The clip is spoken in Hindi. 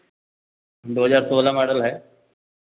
दो हजार सोलह मॉडल है